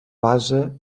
basa